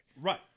Right